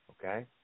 Okay